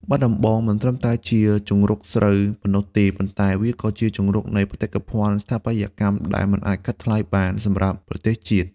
បាត់ដំបងមិនត្រឹមតែជាជង្រុកស្រូវប៉ុណ្ណោះទេ ប៉ុន្តែវាក៏ជាជង្រុកនៃបេតិកភណ្ឌស្ថាបត្យកម្មដែលមិនអាចកាត់ថ្លៃបានសម្រាប់ប្រទេសជាតិ។